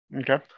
Okay